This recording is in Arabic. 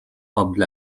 قبل